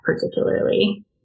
particularly